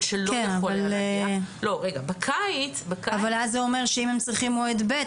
אבל זה אומר שאם הם צריכים מועד ב',